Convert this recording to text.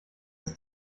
das